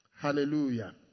Hallelujah